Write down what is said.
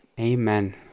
Amen